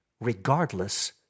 regardless